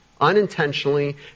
unintentionally